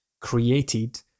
created